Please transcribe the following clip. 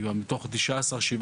17 מתוך ה-19.